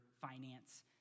finance